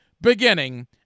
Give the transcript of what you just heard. beginning